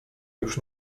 już